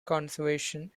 conservation